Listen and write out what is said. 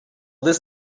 this